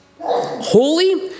holy